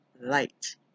light